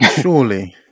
Surely